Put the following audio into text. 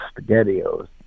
SpaghettiOs